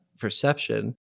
perception